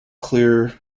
clear